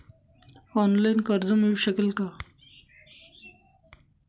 Online कर्ज मिळू शकेल का?